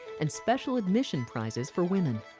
and special admission prizes for women.